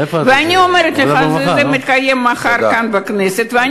ואני אומרת לך שזה מתקיים מחר כאן בכנסת.